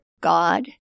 God